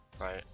Right